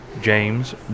James